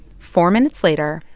four minutes later,